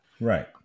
Right